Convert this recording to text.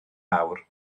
fawr